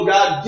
God